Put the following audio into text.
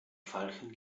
veilchen